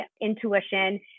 intuition